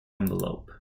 envelope